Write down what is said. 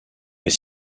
est